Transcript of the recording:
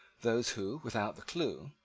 those who, without the clue,